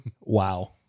wow